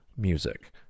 music